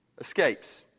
escapes